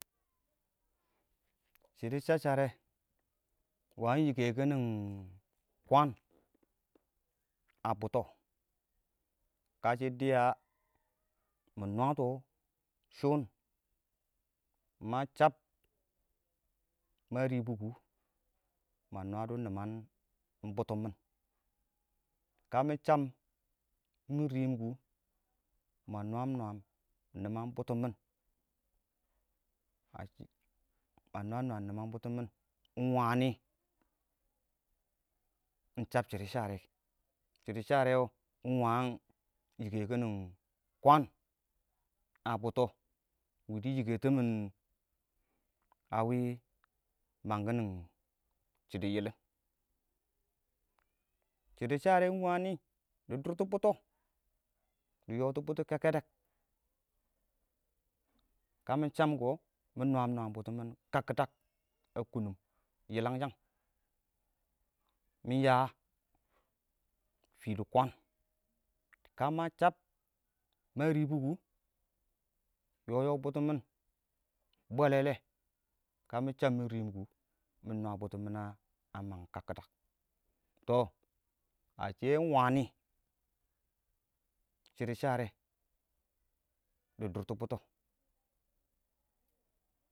shɪidɛ shaɔɔsharɛ iɪng waan yikəkin nɪn kwaan a bʊtɔ kashɪ dɪya mɪ nwaatɔ shɔɔn ma shab ma ribuku ma nwaa dʊ nimang bʊtɔ mɪn ma nwaam nwaam nimang bʊtɔ mɪn ingwani ingshab shɪidɛ shaarɔ shɪidɛ sharɔ ingwan yikə kinin kwaan a bʊtɔ wɪdɪ yinkə tɪ mɪn awi mangkin shɪidɛ yɪlɪn shɪidɛ shaarɛ wɛɔ ingwani dɪ dʊrtɔ bʊtɔ dɪ yɔtɔ bʊtɔ kengkedek kə mɪ sham kɔ mɪ nwaam nwaam bʊtɔ mɪn kakki dak ekunu yilanga mɪ yaa fii dɪ kwaan kə ma shab ma ribuɔ kʊ yɔyɔ bʊtɔ mɪn bwelete kə shab mɪ riim kʊ mɪ nwa bʊtɔmin a mangim kakkidak tɔ iɪng wani shɪidɛ shaarɛ dɪ dʊrtɔ bʊtɔ.